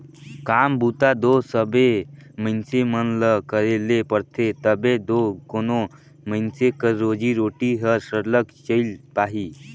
काम बूता दो सबे मइनसे मन ल करे ले परथे तबे दो कोनो मइनसे कर रोजी रोटी हर सरलग चइल पाही